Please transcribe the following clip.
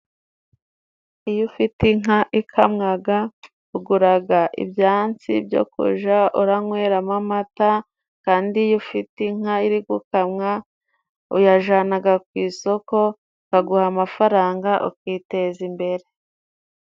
Iyo ufite inka ikamwaga, uguraga ibyansi byo kuja uranyweramo amata kandi iyo ufite inka iri gukamwa, uyajanaga ku isoko ukaguha amafaranga ukiteza imbere.